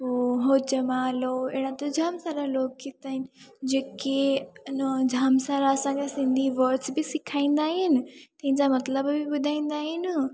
पोइ हो जमालो अहिड़ा त जाम सारा लोकगीत आहिनि जेके अन जाम सारा असांखे सिंधी वर्ड्स बि सिखाईंदा आहिनि इनजा मतिलब बि ॿुधाईंदा आहिनि